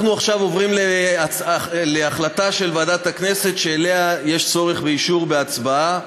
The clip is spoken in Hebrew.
אנחנו עכשיו עוברים להחלטה של ועדת הכנסת שבה יש צורך באישור בהצבעה.